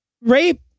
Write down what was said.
rape